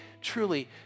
truly